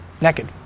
naked